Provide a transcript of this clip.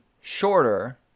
shorter